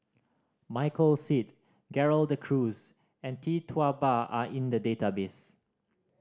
Michael Seet Gerald De Cruz and Tee Tua Ba are in the database